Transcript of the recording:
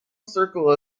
circle